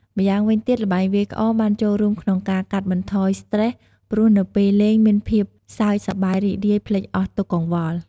ម្យ៉ាងវិញទៀតល្បែងវាយក្អមបានចូលរួមក្នុងការកាត់បន្ថយស្ត្រេស ព្រោះនៅពេលលេងមានភាពសើចសប្បាយរីករាយភ្លេចអស់ទុក្ខកង្វល់។